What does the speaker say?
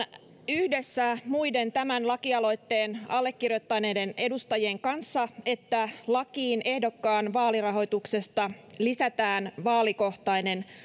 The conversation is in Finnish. yhdessä muiden tämän lakialoitteen allekirjoittaneiden edustajien kanssa että lakiin ehdokkaan vaalirahoituksesta lisätään vaalikohtainen